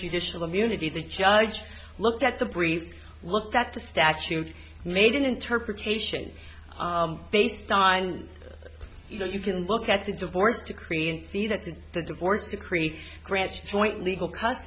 judicial immunity the judge looked at the briefs looked at the statute made an interpretation based on you know you can look at the divorce decree and see that in the divorce decree grants joint legal cu